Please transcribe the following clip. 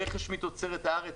רכש מתוצרת הארץ,